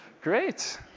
Great